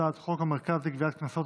הצעת חוק המרכז לגביית קנסות,